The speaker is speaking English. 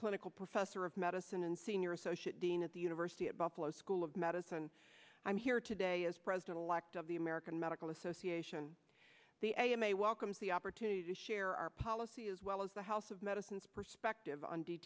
clinical professor of medicine and senior associate dean at the university of buffalo school of medicine i'm here today as president elect of the american medical association the a m a welcomes the opportunity to share our policy as well as the house of medicines perspective on d